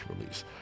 release